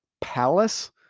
palace